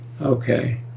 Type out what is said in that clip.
Okay